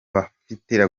bapfira